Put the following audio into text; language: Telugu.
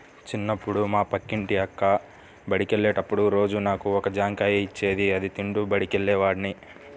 చిన్నప్పుడు మా పక్కింటి అక్క బడికెళ్ళేటప్పుడు రోజూ నాకు ఒక జాంకాయ ఇచ్చేది, అది తింటూ బడికెళ్ళేవాడ్ని